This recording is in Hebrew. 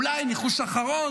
אולי, ניחוש אחרון,